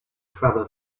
travel